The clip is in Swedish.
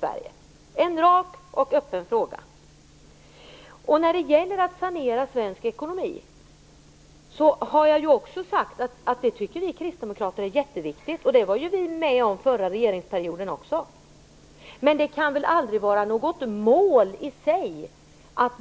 Det är en rak och öppen fråga. När det gäller att sanera svensk ekonomi har jag sagt att också vi kristdemokrater tycker att det är mycket viktigt. Under förra regeringsperioden var vi också med om att göra det. Men det kan väl aldrig vara ett mål i sig att